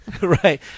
Right